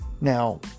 Now